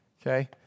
Okay